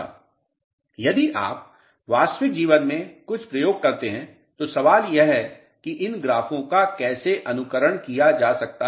यदि आप वास्तविक जीवन में कुछ प्रयोग करते हैं तो सवाल यह है कि इन ग्राफ़ों का कैसे अनुकरण किया जा सकता है